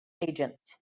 agents